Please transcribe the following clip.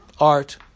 art